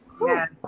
Yes